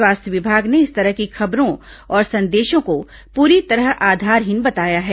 स्वास्थ्य विभाग ने इस तरह की खबरों और संदेशों को पूरी तरह आधारहीन बताया है